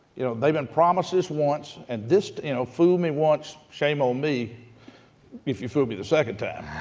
you know, they've been promised this once, and this this you know fool me once, shame on me if you fool me the second time.